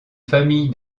famille